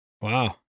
Wow